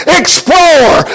explore